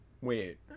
Wait